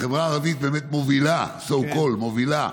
החברה הערבית באמת מובילה, so called מובילה,